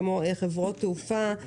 כמו חברות תעופה,